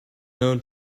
known